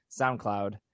SoundCloud